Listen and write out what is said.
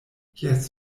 jes